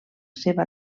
seva